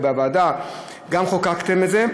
ובוועדה חוקקתם גם את זה,